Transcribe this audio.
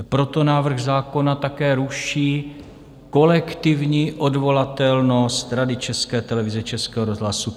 Proto návrh zákona také ruší kolektivní odvolatelnost Rady České televize, Českého rozhlasu.